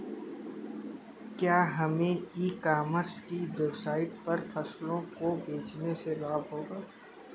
क्या हमें e commerce की वेबसाइट पर फसलों को बेचने से लाभ होगा?